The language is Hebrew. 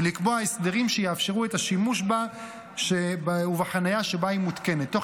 ולקבוע הסדרים שיאפשרו את השימוש בה ובחניה שבה היא מותקנת תוך